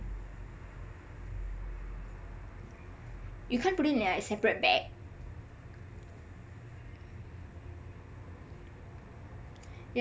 you can't put it on a separate bag